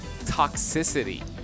toxicity